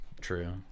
True